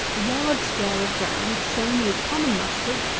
a yard square of ground, sown with common mustard,